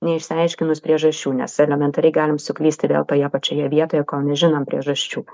neišsiaiškinus priežasčių nes elementariai galim suklysti vėl toje pačioje vietoje kol nežinom priežasčių